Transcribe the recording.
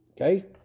Okay